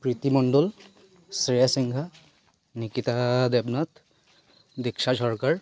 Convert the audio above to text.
প্ৰীতি মণ্ডল শ্ৰেয়া সিংহা নিকিতা দেৱনাথ দীক্ষা চৰকাৰ